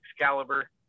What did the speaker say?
Excalibur